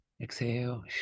exhale